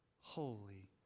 holy